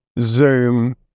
Zoom